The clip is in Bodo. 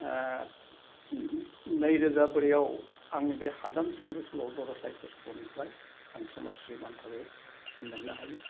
नैरोजा ब्रैआव आंनि बे हादान सुंद' सल' बर' साहित्य सभानिफ्राय आं समस्रि बान्थाबो मोन्नो हायो